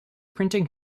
printing